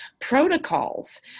protocols